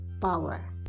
power